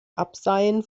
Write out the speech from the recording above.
abseien